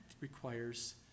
requires